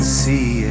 see